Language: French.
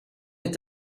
est